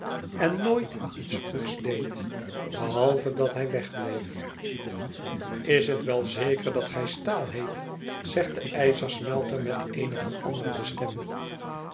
en nooit iets goeds deed behalve dat hij wegbleef is het wel zeker dat gij staal heet zegt de ijzersmelter met eene veranderde stem